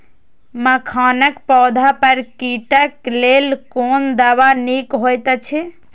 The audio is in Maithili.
मखानक पौधा पर कीटक लेल कोन दवा निक होयत अछि?